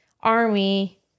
army